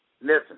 Listen